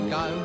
go